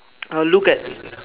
uh look at